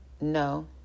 No